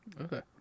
Okay